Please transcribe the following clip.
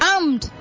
Armed